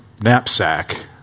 knapsack